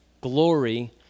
glory